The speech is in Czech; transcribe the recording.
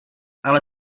ale